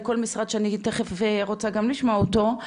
לכל משרד שאני תיכף רוצה גם לשמוע אותו,